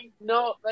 No